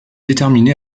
déterminée